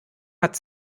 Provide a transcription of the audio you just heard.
hat